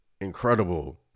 incredible